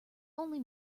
only